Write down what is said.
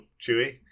Chewy